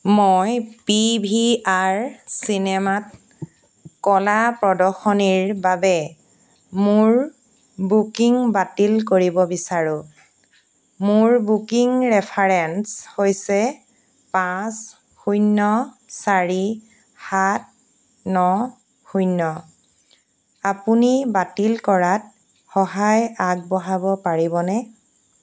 মই P V R চিনেমাত কলা প্ৰদৰ্শনীৰ বাবে মোৰ বুকিং বাতিল কৰিব বিচাৰোঁ মোৰ বুকিং ৰেফাৰেন্স হৈছে পাঁচ শূন্য চাৰি সাত ন শূন্য আপুনি বাতিল কৰাত সহায় আগবঢ়াব পাৰিবনে